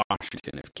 Washington